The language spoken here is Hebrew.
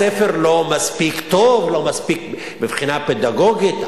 הספר לא מספיק טוב מבחינה פדגוגית,